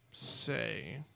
say